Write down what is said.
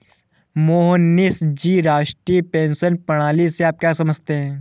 मोहनीश जी, राष्ट्रीय पेंशन प्रणाली से आप क्या समझते है?